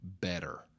better